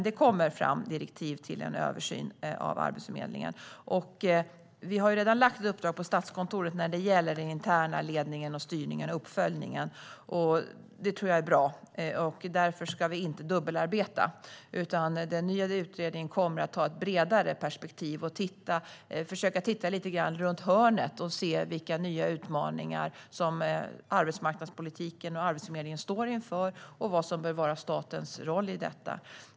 Det kommer direktiv till en översyn av Arbetsförmedlingen. Vi har redan gett ett uppdrag till Statskontoret när det gäller den interna ledningen, styrningen och uppföljningen. Därför ska vi inte dubbelarbeta. Den nya utredningen kommer att ha ett bredare perspektiv och lite grann försöka titta runt hörnet och se vilka utmaningar arbetsmarknadspolitiken och Arbetsförmedlingen står inför och vad som bör vara statens roll i detta.